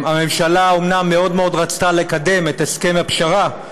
הממשלה אומנם מאוד מאוד רצתה לקדם את הסכם הפשרה,